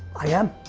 i am.